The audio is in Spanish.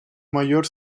mayor